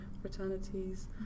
fraternities